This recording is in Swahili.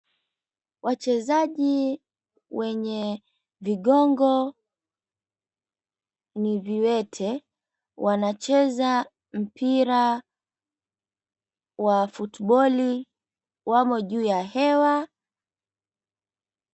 Wachezaji wenye vigongo ni viwete wanacheza mipira wa footballi wamo juu ya hewa .